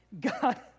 God